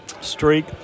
Streak